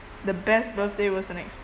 the best birthday was an experience